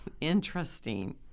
interesting